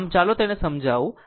આમ ચાલો તેને સમજાવું